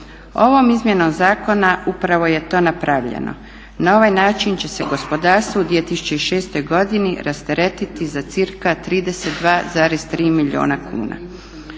Ovom izmjenom zakona upravo je to napravljeno. Na ovaj način će se gospodarstvo u 2006.godini rasteretiti za cca 32,3 milijuna kuna.